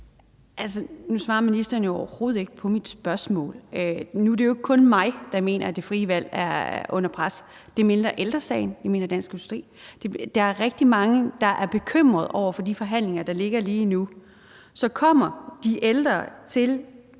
Nu svarede ministeren jo overhovedet ikke på mit spørgsmål. Nu er det jo ikke kun mig, der mener, at det frie valg er under pres. Det mener Ældre Sagen, det mener Dansk Industri. Der er rigtig mange, der er bekymrede over de forhandlinger, der ligger lige nu. Så kommer de ældre også